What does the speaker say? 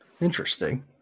interesting